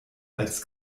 als